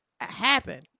happen